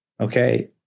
okay